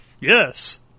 Yes